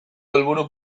helburu